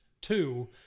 two